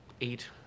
Eight